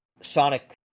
Sonic